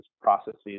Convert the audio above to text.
processes